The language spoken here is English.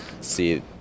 see